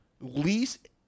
least